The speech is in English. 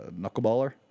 Knuckleballer